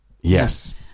Yes